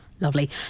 Lovely